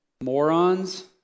morons